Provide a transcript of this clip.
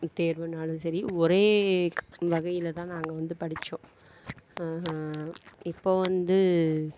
தேர்வுனாலும் சரி ஒரே வகையில் தான் நாங்கள் வந்து படித்தோம் இப்போது வந்து